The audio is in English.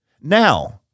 Now